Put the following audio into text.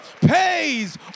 pays